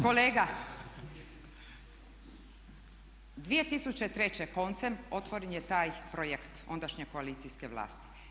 Kolega 2003. koncem otvoren je taj projekt ondašnje koalicijske vlasti.